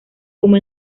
como